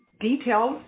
details